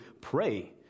pray